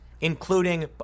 including